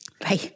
Bye